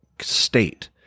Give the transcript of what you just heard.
state